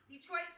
Detroit